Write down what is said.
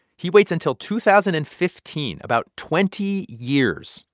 he waits until two thousand and fifteen, about twenty years,